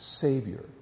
savior